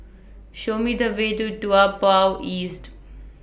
Show Me The Way to Toa Payoh East